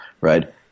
right